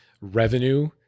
revenue-